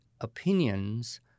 opinions